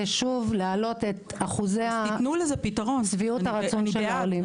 להעלות את אחוזי שביעות הרצון של העולים.